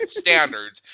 standards